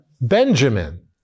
Benjamin